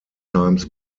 times